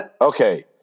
Okay